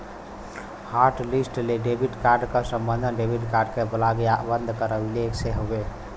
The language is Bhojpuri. हॉटलिस्ट डेबिट कार्ड क सम्बन्ध डेबिट कार्ड क ब्लॉक या बंद करवइले से हउवे